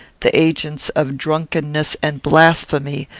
the agents of drunkenness and blasphemy,